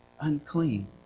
unclean